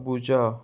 उजा